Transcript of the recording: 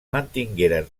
mantingueren